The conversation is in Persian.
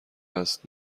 است